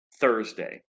Thursday